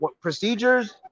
procedures